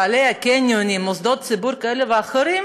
בעלי קניונים ומוסדות ציבור כאלה ואחרים